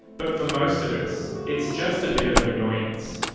but for most of us it's just a bit of an annoyance.